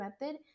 method